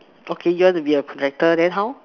okay you want to be a connector then how